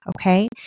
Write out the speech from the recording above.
okay